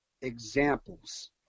examples